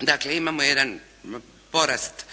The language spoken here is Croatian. Dakle, imamo jedan porast